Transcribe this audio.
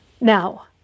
now